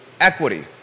equity